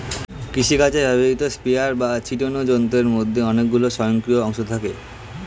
কৃষিকাজে ব্যবহৃত স্প্রেয়ার বা ছিটোনো যন্ত্রের মধ্যে অনেকগুলি স্বয়ংক্রিয় অংশ থাকে